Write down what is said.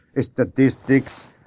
statistics